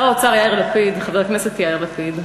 שר האוצר יאיר לפיד, חבר הכנסת יאיר לפיד,